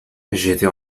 j’étais